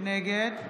נגד